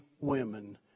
women